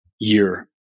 year